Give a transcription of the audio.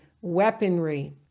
weaponry